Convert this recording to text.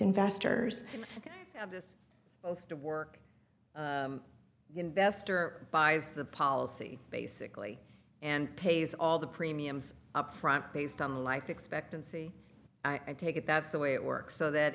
investors this goes to work investor buys the policy basically and pays all the premiums upfront based on the life expectancy i take it that's the way it works so that